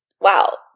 wow